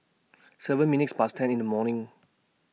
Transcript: seven minutes Past ten in The morning